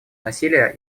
насилие